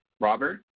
Robert